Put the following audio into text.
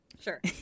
sure